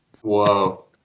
Whoa